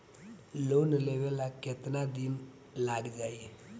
Loan लेबे ला कितना दिन लाग जाई?